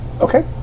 Okay